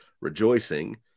rejoicing